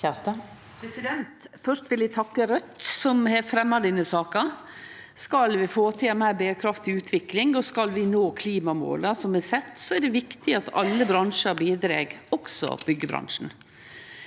Først vil eg takke Raudt, som har fremja denne saka. Skal vi få til ei meir berekraftig utvikling, og skal vi nå klimamåla som vi set, er det viktig at alle bransjar bidreg, også byggjebransjen.